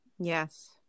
Yes